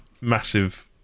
massive